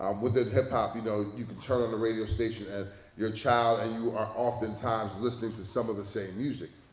um within hip-hop you know you can turn on the radio station and your child and you are oftentimes listening to some of the same music.